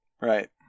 right